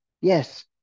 Yes